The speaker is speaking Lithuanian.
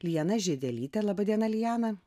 lijana žiedelyte laba diena liana